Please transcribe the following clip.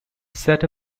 set